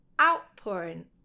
outpouring